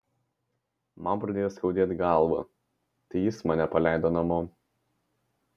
man pradėjo skaudėt galvą tai jis mane paleido namo